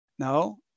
No